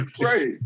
Right